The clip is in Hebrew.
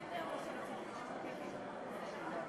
הישיבה הבאה תתקיים היום בשעה